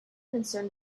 concerned